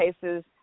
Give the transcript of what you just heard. cases